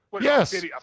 Yes